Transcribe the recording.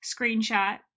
screenshot